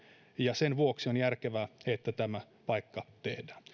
ja sen vuoksi on järkevää että tämä paikka tehdään